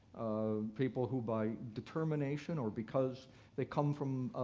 people who by determination or because they come from